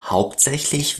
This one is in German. hauptsächlich